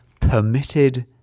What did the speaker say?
Permitted